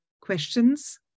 questions